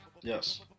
yes